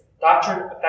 Doctrine